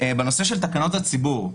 בנושא של תקנות הציבור.